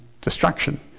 destruction